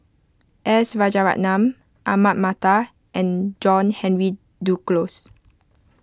S Rajaratnam Ahmad Mattar and John Henry Duclos